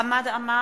חמד עמאר,